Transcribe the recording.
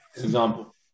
Example